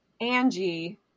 Angie